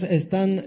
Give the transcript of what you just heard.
están